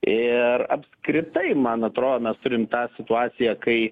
ir apskritai man atrodo mes turim tą situaciją kai